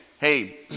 hey